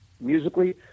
musically